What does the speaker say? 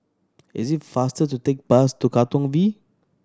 is it faster to take bus to Katong V